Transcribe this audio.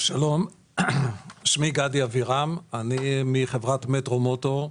שמי גדי אבירם, מחברת מטרו מוטור,